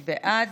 מי בעד?